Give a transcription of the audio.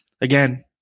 again